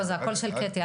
לא, זה הקול של קטי.